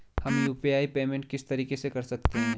हम UPI payment किस तरीके से कर सकते हैं?